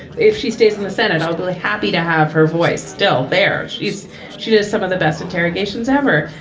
if she stays in the senate, i'll be happy to have her voice still there. is she just some of the best interrogations ever?